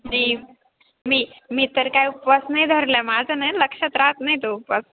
नाही मी मी तर काय उपवास नाही धरला माझं नाही लक्षात राहात नाही तो उपास